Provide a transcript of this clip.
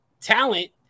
talent